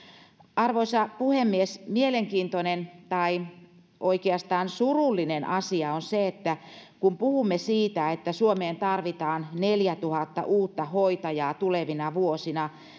arvoisa puhemies mielenkiintoinen tai oikeastaan surullinen asia on se että kun puhumme siitä että suomeen tarvitaan neljätuhatta uutta hoitajaa tulevina vuosina